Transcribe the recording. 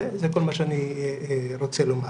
זה כל מה שאני רוצה לומר.